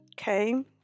okay